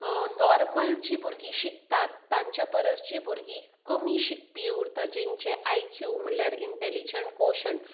normal जी भुरगीं शिकतात तांच्या परस जी भुरगीं कमी शिकपी उरता जेंचे आयक्यू म्हणल्यार इंटॅलिजंट कॉशन्ट